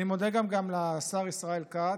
אני מודה גם לשר ישראל כץ,